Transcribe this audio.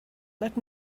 let